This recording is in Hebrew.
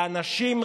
ואנשים,